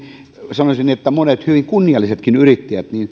sanoisin että monet hyvin kunniallisetkin yrittäjät